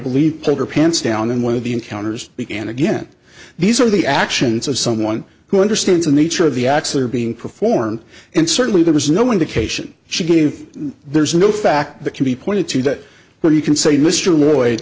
believe poker pants down and one of the encounters began again these are the actions of someone who understands the nature of the acts are being performed and certainly there was no indication she gave there's no fact that can be pointed to that where you can say mr